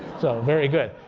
so very good.